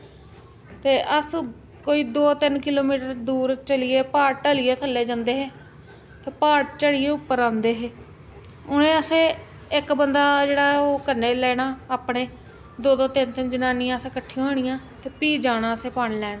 ते अस कोई दो तिन्न किलोमीटर दूर चलिये ते प्हाड़ ढ'ल्लिये थ'ल्ले जंदे हे प्हाड़ चढ़ियै उप्पर औदे हे उ'नें असें इक बंदा जेह्ड़ा ऐ ओह् कन्नै लेना अपने दो दो तिन्न तिन्न जनानियां अस कट्ठियां होनियां ते भी जाना असें पानी लेन